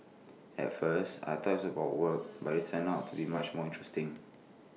at first I thought IT was about work but IT turned out to be much more interesting